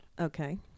Okay